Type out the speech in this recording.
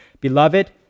Beloved